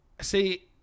See